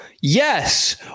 yes